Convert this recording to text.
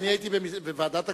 אני הייתי בוועדת הכספים.